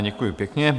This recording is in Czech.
Děkuji pěkně.